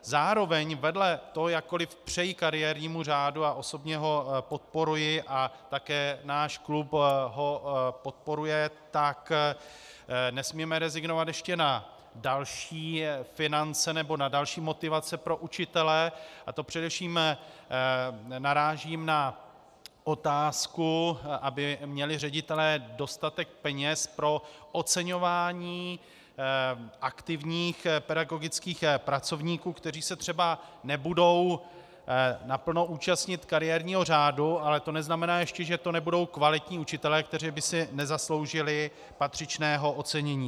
Zároveň vedle toho, jakkoliv přeji kariérnímu řádu a osobně ho podporuji a také náš klub ho podporuje, tak nesmíme rezignovat ještě na další finance nebo na další motivace pro učitele, a to především narážím na otázku, aby měli ředitelé dostatek peněz pro oceňování aktivních pedagogických pracovníků, kteří se třeba nebudou naplno účastnit kariérního řádu, ale to neznamená ještě, že to nebudou kvalitní učitelé, kteří by si nezasloužili patřičného ocenění.